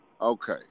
Okay